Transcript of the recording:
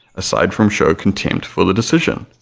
aside from show contempt for the decision,